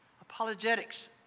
Apologetics